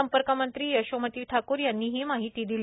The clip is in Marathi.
संपर्क मंत्री यशोमती ठाकूर यांनी ही माहिती दिली